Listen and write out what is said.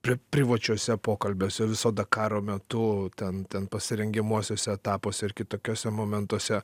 pri privačiuose pokalbiuose viso dakaro metu ten ten pasirengiamuosiuose etapuose ir kitokiose momentuose